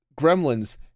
Gremlins